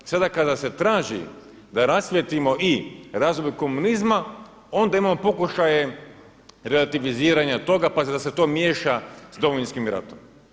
Sada kada se traži da rasvijetlimo i razvoj komunizma onda imamo pokušaje relativiziranja toga pa da se to miješa s Domovinskim ratom.